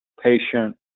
patient